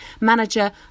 manager